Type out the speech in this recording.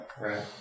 Right